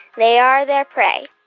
they are their prey.